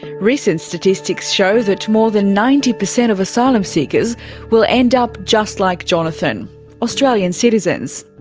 recent statistics show that more than ninety percent of asylum seekers will end up just like jonathan australian citizens.